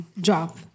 job